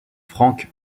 frank